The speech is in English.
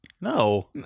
No